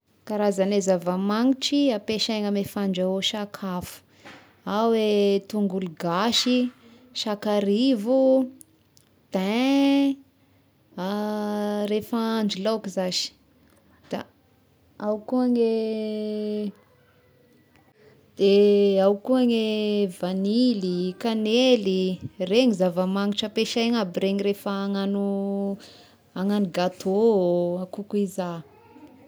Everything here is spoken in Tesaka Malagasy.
Karazagne zavamagnitry ampiasaina amy fandrahô sakafo ao e tongolo gasy, sakarivo, thyn, rehefa ahandro laoka za sy, da ao koa gne de ao koa gne vanily, kanely regny zavamangitra ampiasagna aby regny rehefa agnano agnano gâto a koko e za.